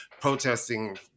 protesting